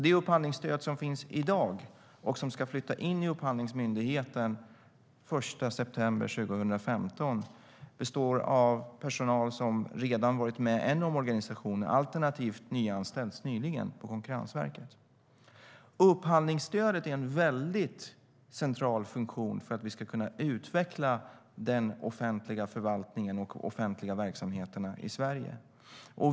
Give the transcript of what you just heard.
Det upphandlingsstöd som finns i dag och som ska flytta in i Upphandlingsmyndigheten den 1 september 2015 består av personal som redan har varit med om en omorganisation alternativt nyanställts nyligen på Konkurrensverket. Upphandlingsstödet är en väldigt central funktion för att vi ska kunna utveckla den offentliga förvaltningen och de offentliga verksamheterna i Sverige.